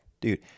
dude